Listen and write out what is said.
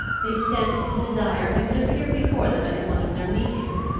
they sent to desire he would appear before them at one of their meetings.